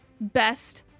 Best